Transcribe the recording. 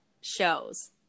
shows